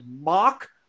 mock